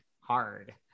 hard